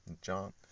John